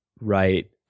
Right